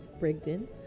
Brigden